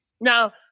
now